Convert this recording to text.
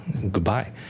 goodbye